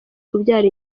kubyara